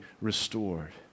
restored